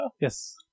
Yes